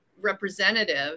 representative